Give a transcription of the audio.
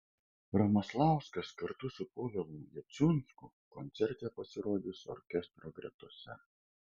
romoslauskas kartu su povilu jacunsku koncerte pasirodys orkestro gretose